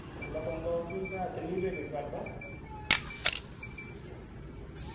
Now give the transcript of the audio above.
दुकानदार जेह्ड़ा ओह्बी भैंऽ त्रीह् रपे बेचा दा